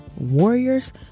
warriors